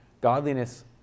Godliness